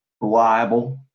reliable